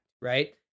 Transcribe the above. right